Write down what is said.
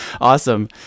awesome